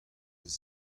eus